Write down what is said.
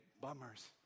Bummers